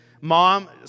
mom